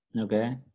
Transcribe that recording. Okay